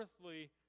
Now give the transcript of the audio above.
earthly